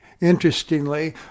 Interestingly